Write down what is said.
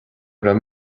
raibh